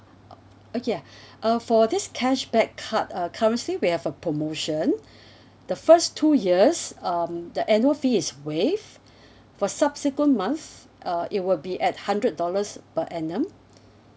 oh ya uh for this cashback card uh currently we have a promotion the first two years um the annual fee is waived for subsequent month uh it will be at hundred dollars per annum